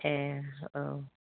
ए औ